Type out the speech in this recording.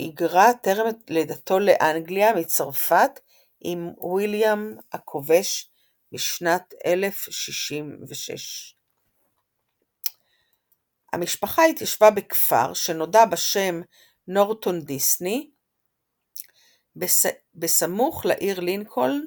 שהיגרה טרם לידתו לאנגליה מצרפת יחד עם ויליאם הכובש בשנת 1066. המשפחה התיישבה בכפר שנודע בשם נורטון דיסני בסמוך לעיר לינקולן